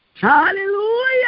hallelujah